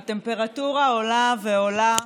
והטמפרטורה עולה ועולה.